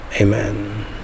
Amen